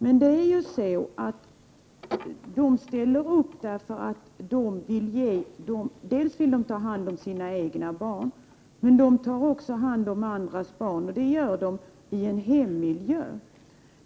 Men dessa ställer upp, dels därför att de vill ta hand om sina egna barn, dels också därför att de vill ta hand om andras barn i hemmiljö.